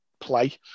play